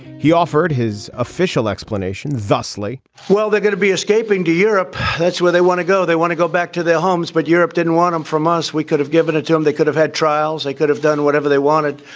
he offered his official explanation thusly well they're going to be escaping to europe that's where they want to go. they want to go back to their homes. but europe didn't want them from us. we could have given it to them they could have had trials they could have done whatever they wanted.